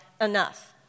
enough